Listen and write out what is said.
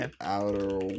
Outer